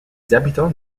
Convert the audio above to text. habitants